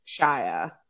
Shia